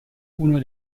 uno